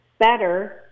better